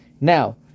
Now